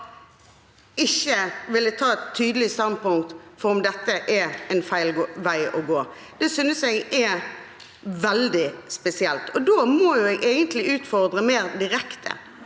ikke ville ta et tydelig standpunkt om hvorvidt dette er feil vei å gå? Det synes jeg er veldig spesielt. Da må jeg egentlig utfordre mer direkte: